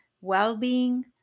well-being